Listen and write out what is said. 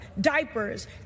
diapers